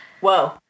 whoa